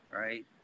right